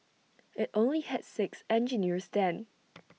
IT only had six engineers then